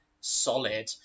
solid